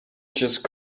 just